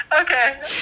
Okay